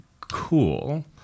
cool